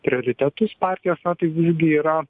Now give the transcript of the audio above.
prioritetus partijos na tai visgi yra